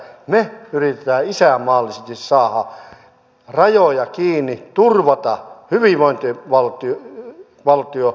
me yritämme isänmaallisesti saada rajoja kiinni turvata hyvinvointivaltion ja niin edespäin